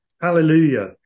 Hallelujah